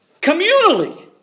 communally